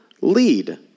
lead